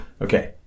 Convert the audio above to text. Okay